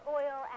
oil